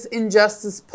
injustice